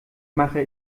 mache